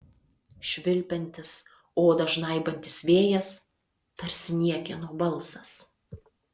švilpiantis odą žnaibantis vėjas tarsi niekieno balsas